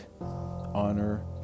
honor